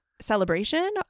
celebration